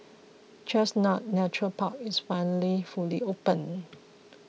Chestnut Nature Park is finally fully open